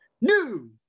new